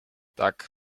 tak